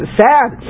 sad